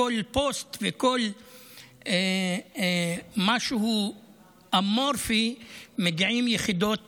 כל פוסט וכל משהו אמורפי מגיעות יחידות